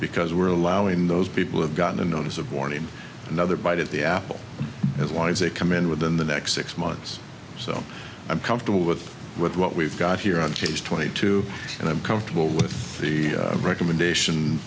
because we're allowing those people have gotten a notice of warning another bite at the apple as winds they come in within the next six months so i'm comfortable with what we've got here on page twenty two and i'm comfortable with the recommendation